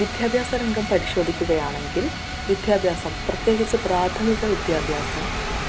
വിദ്യാഭ്യാസ രംഗം പരിശോധിക്കുകയാണെങ്കിൽ വിദ്യാഭ്യാസം പ്രത്യേകിച്ച് പ്രാഥമിക വിദ്യാഭ്യാസം